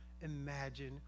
imagine